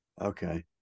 okay